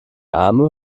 arme